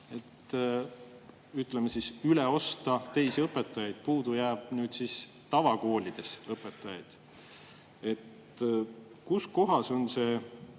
ütleme siis, üle osta teisi õpetajaid, aga puudu jääb nüüd siis tavakoolides õpetajaid. Kus kohas on see